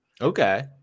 Okay